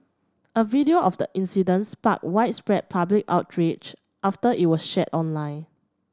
a video of the incident sparked widespread public outrage after it was shared online